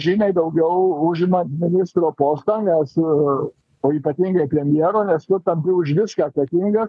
žymiai daugiau užima ministro postą nes o ypatingai premjero nes tu tampi už viską atsakingas